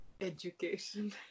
Education